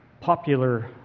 popular